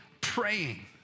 praying